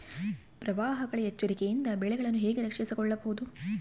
ಪ್ರವಾಹಗಳ ಎಚ್ಚರಿಕೆಯಿಂದ ಬೆಳೆಗಳನ್ನು ಹೇಗೆ ರಕ್ಷಿಸಿಕೊಳ್ಳಬಹುದು?